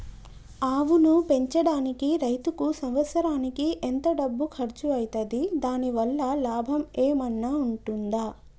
ఆవును పెంచడానికి రైతుకు సంవత్సరానికి ఎంత డబ్బు ఖర్చు అయితది? దాని వల్ల లాభం ఏమన్నా ఉంటుందా?